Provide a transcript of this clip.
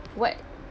what